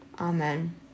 Amen